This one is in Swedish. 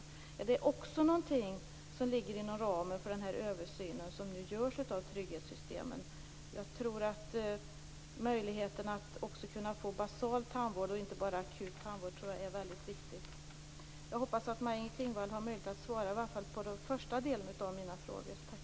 Är det också någonting som ligger inom ramen för den översyn av trygghetssystemen som nu görs? Jag tror att möjligheten att också kunna få basal tandvård, alltså inte bara akut, är väldigt viktig. Jag hoppas att Maj-Inger Klingvall har möjlighet att svara på i alla fall de första av mina frågor.